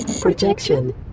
Projection